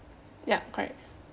yup correct